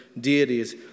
deities